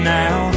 now